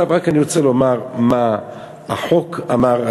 אני רק רוצה לומר מה החוק אמר,